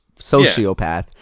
sociopath